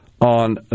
on